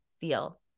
feel